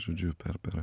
žodžiu per per